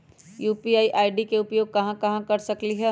UPI ID के उपयोग हम कहां कहां कर सकली ह?